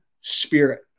spirit